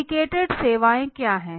syndicated सेवाएं क्या है